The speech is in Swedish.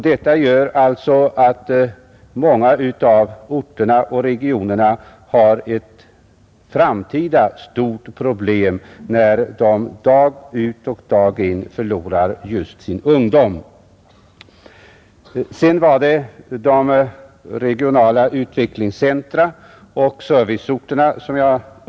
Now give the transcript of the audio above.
Detta gör att många av dessa orter och regioner brottas med ett stort framtida problem genom att de dag ut och dag in förlorar just sina framtida innevånare. Vidare uppehöll jag mig vid de regionala utvecklingscentra och serviceorterna.